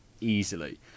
easily